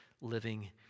living